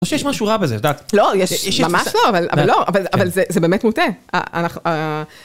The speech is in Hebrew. אני חושב שיש משהו רע בזה, את יודעת. לא, יש ממש לא, אבל לא, אבל זה באמת מוטה.